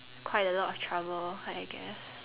quite a lot of trouble I guess